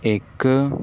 ਇੱਕ